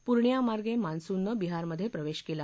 पूर्णिया मार्गे मान्सूननं बिहारमध्ये प्रवेश केला